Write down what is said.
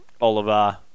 Oliver